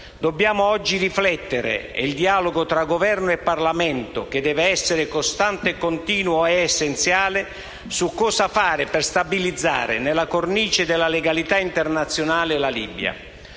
Dobbiamo oggi riflettere - e il dialogo tra Governo e Parlamento, che deve essere costante e continuo, è essenziale - su cosa fare per stabilizzare la Libia nella cornice della legalità internazionale.